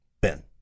Ben